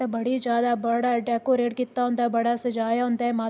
च ते बड़ी ज्यादा बड़ा डैकोरेट कीता होंदा बड़ा सजाया होंदा ऐ माता